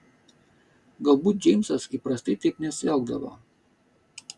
galbūt džeimsas įprastai taip nesielgdavo